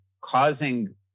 causing